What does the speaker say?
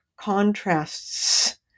contrasts